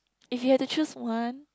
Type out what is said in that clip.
if you had to choose one